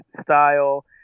style